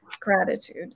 gratitude